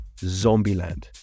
Zombieland